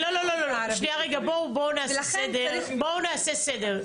בואו נעשה סדר,